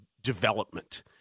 development